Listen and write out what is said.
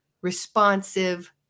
responsive